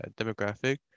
demographic